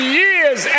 years